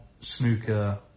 snooker